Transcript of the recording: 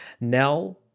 Nell